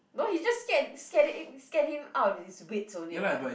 no he just scared scaring him scared him out of his wits only [what]